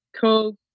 cool